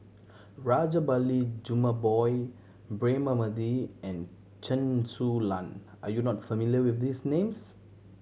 Rajabali Jumabhoy Braema Mathi and Chen Su Lan are you not familiar with these names